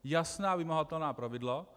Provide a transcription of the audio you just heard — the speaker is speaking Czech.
Jasná vymahatelná pravidla.